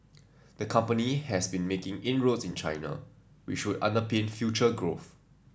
the company has been making inroads in China which would underpin future growth